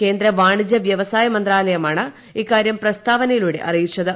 കേന്ദ്ര വാണിജ്യ വ്യവസായ മന്ത്രാലയമാണ് ഇക്കാര്യം പ്രസ്താവനയിലൂടെ അറിയിച്ചത്